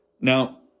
Now